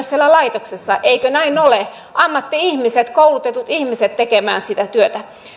siellä laitoksissa eikö näin ole eli ammatti ihmiset koulutetut ihmiset tekemään sitä työtä